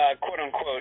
quote-unquote